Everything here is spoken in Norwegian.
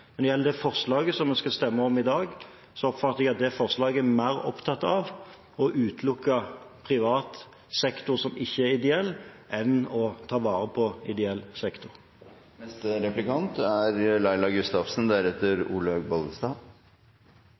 Når det gjelder det forslaget som vi skal stemme over i dag, oppfatter jeg at det er mer opptatt av å utelukke den delen av privat sektor som ikke er ideell, enn å ta vare på ideell sektor.